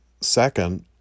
second